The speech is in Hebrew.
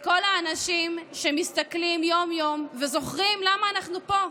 לכל האנשים שמסתכלים יום-יום וזוכרים למה אנחנו פה.